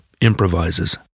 improvises